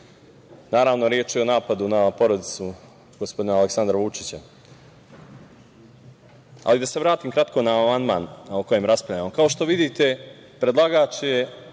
Naravno, reč je o napadu na porodicu gospodina Aleksandra Vučića. Da se vratim kratko na amandman o kojem raspravljamo. Kao što vidite, predlagač je